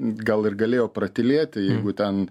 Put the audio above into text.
gal ir galėjo pratylėti jeigu ten